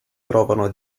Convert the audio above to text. trovano